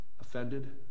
offended